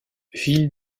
ville